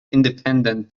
independent